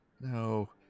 No